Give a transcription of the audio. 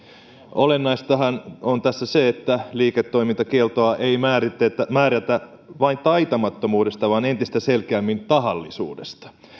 olennaistahan on tässä se että liiketoimintakieltoa ei määrätä määrätä vain taitamattomuudesta vaan entistä selkeämmin tahallisuudesta